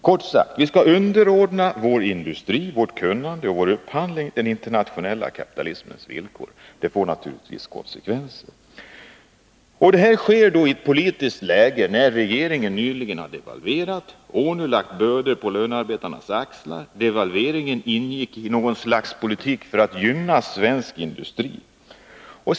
Kort sagt: Vi skall underordna vår industri, vårt kunnande och vår upphandling den internationella kapitalismens villkor. Det får naturligtvis konsekvenser. Detta sker i ett politiskt läge när regeringen nyligen devalverat och ånyo lagt nya bördor på lönearbetarnas axlar. Devalveringen ingick i något slags politik för att gynna svensk industri.